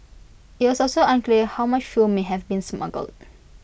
IT was also unclear how much fuel may have been smuggled